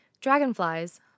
Dragonflies